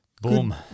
Boom